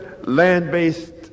land-based